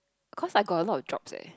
cause I got a lot of jobs leh